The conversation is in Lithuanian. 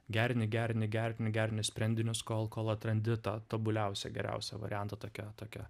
gerini gerini gerini gerini sprendinius kol kol atrandi tą tobuliausią geriausią variantą tokią tokią